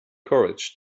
courage